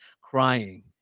crying